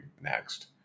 next